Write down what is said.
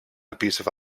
abusive